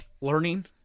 Learning